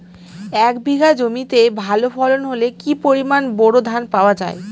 এক বিঘা জমিতে ভালো ফলন হলে কি পরিমাণ বোরো ধান পাওয়া যায়?